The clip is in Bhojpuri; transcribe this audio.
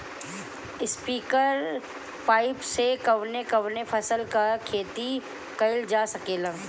स्प्रिंगलर पाइप से कवने कवने फसल क खेती कइल जा सकेला?